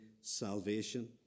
salvation